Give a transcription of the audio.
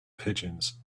pigeons